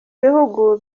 bihugu